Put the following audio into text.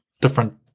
different